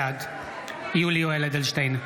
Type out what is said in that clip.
בעד יולי יואל אדלשטיין,